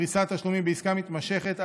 פריסת תשלומים בעסקה מתמשכת),